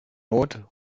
not